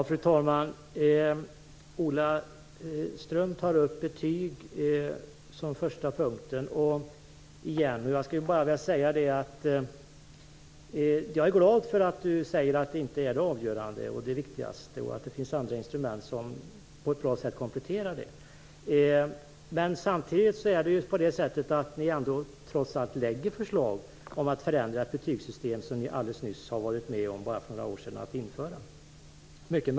Fru talman! Ola Ström tar upp betyg som första punkt, igen. Jag skulle bara vilja säga att jag är glad för att Ola Ström säger att betygen inte är det avgörande eller det viktigaste och att det finns andra instrument som på ett bra sätt kompletterar dem. Samtidigt lägger ni trots allt fram förslag om att förändra ett betygssystem som ni för bara några år sedan var med om att införa.